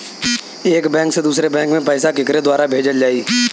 एक बैंक से दूसरे बैंक मे पैसा केकरे द्वारा भेजल जाई?